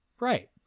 Right